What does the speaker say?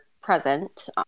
present